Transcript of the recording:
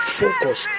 focus